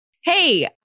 hey